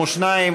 שמולי,